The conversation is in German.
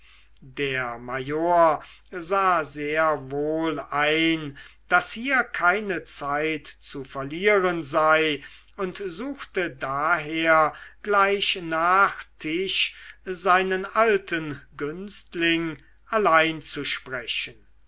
der major sah sehr wohl ein daß hier keine zeit zu verlieren sei und suchte daher gleich nach tische seinen alten günstling allein zu sprechen